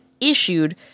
issued